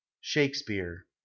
shakespeare